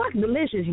delicious